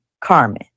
Carmen